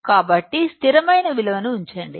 కాబట్టి స్థిరమైన విలువను ఉంచండి